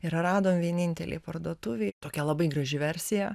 ir radom vienintelėj parduotuvėj tokia labai graži versija